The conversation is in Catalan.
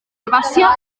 herbàcia